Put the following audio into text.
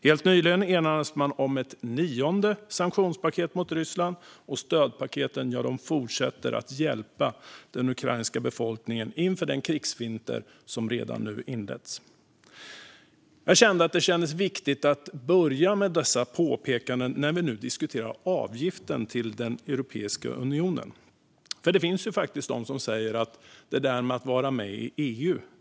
Helt nyligen enades man om ett nionde sanktionspaket mot Ryssland, och stödpaketen fortsätter att hjälpa den ukrainska befolkningen inför den krigsvinter som redan inletts. Det känns viktigt att börja med dessa påpekanden när vi nu diskuterar avgiften till Europeiska unionen. Det finns ju de som säger att det inte är någon vits att vara med i EU.